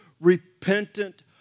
repentant